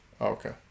Okay